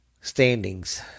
standings